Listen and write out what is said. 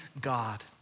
God